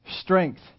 strength